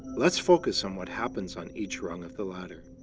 let's focus on what happens on each rung of the ladder.